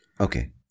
Okay